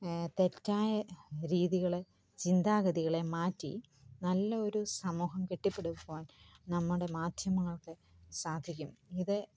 തെറ്റായ രീതികളെ ചിന്താഗതികളെ മാറ്റി നല്ലൊരു സമൂഹം കെട്ടിപ്പടുക്കുവാൻ നമ്മുടെ മാധ്യമങ്ങൾക്ക് സാധിക്കും ഇത്